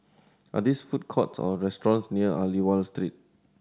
are these food courts or restaurants near Aliwal Street